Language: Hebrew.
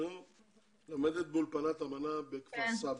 לומדת באולפנת אמנה בכפר סבא.